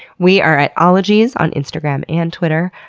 we are at ologies on instagram and twitter.